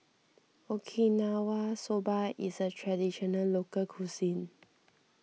Okinawa Soba is a Traditional Local Cuisine